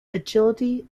agility